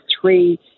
three